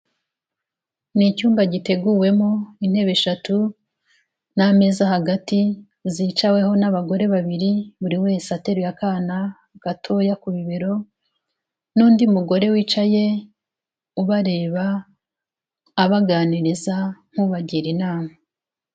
Ni icyumba giteguwemo intebe eshatu n'ameza hagati, zicaweho n'abagore babiri, buri wese ateruye akana gatoya ku bibero n'undi mugore wicaye ubareba, abaganiriza nk'ubagira inama.